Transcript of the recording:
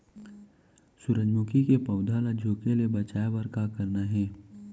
सूरजमुखी के पौधा ला झुके ले बचाए बर का करना हे?